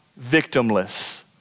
victimless